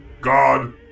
god